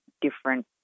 different